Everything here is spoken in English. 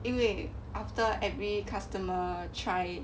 因为 after every customer try it